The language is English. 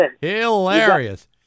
Hilarious